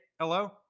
Hello